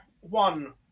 one